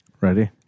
Ready